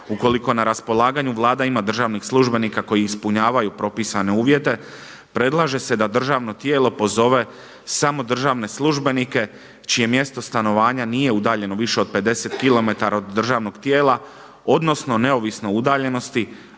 Ukoliko na raspolaganju Vlada ima državnih službenika koji ispunjavaju propisane uvjete predlaže se da državno tijelo pozove samo državne službenike čije mjesto stanovanja nije udaljeno više od 50 km od državnog tijela, odnosno neovisno o udaljenosti